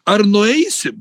ar nueisim